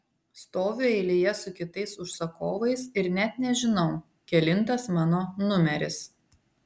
stoviu eilėje su kitais užsakovais ir net nežinau kelintas mano numeris